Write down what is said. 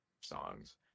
songs